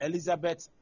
Elizabeth